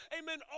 amen